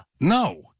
No